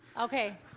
Okay